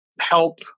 help